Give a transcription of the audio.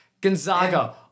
Gonzaga